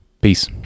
Peace